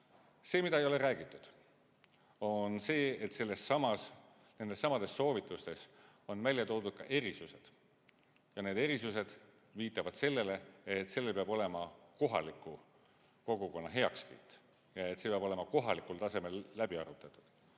Aga ei ole räägitud, et nendessamades soovitustes on välja toodud ka erisused. Need erisused viitavad sellele, et sellel peab olema kohaliku kogukonna heakskiit ja see peab olema kohalikul tasemel läbi arutatud.